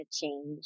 change